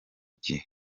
kigali